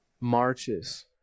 marches